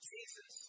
Jesus